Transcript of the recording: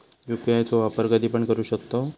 UPI चो वापर कधीपण करू शकतव?